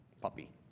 puppy